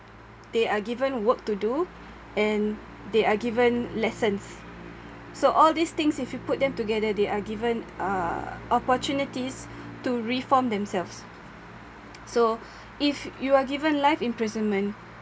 they are given work to do and they are given lessons so all these things if you put them together they are given uh opportunities to reform themselves so if you are given life imprisonment